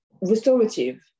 restorative